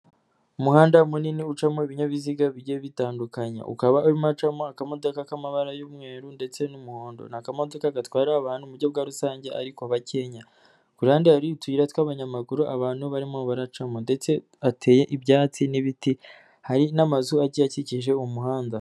Umuhanda munini ucamo ibinyabiziga bigiye bitandukanyekanye, ukaba urimo uracamo akamodoka k'amabara y'umweru ndetse n'umuhondo, ni akamodoka gatwara abantu mu buryo bwa rusange ariko bakenya, ku ruhande hari utuyira tw'abanyamaguru abantu barimo baracamo ndetse hateye ibyatsi n'ibiti, hari n'amazu agiye akikije umuhanda.